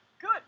good